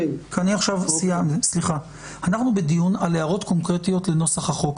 אנחנו בדיון על הערות קונקרטיות לנוסח החוק.